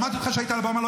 שמעתי אותך כשהיית על הבמה.